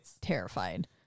terrified